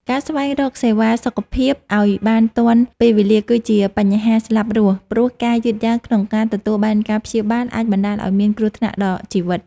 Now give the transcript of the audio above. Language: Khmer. ការស្វែងរកសេវាសុខភាពឱ្យបានទាន់ពេលវេលាគឺជាបញ្ហាស្លាប់រស់ ព្រោះការយឺតយ៉ាវក្នុងការទទួលបានការព្យាបាលអាចបណ្តាលឱ្យមានគ្រោះថ្នាក់ដល់ជីវិត។